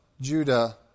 Judah